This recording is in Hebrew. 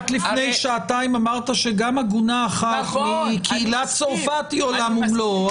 רק לפני שעתיים אמרת שגם עגונה אחת מקהילת צרפת היא עולם ומלואו.